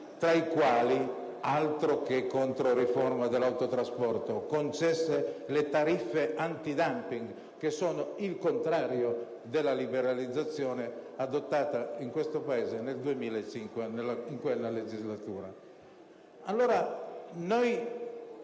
tra i quali - altro che controriforma dell'autotrasporto! - le tariffe *antidumping*, che sono il contrario della liberalizzazione adottata in questo Paese nel 2005. Il punto è che in questa legislatura